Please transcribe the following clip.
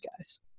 guys